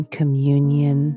communion